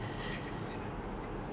I never listen ah michael jackson